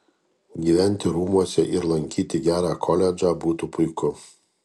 gyventi rūmuose ir lankyti gerą koledžą būtų puiku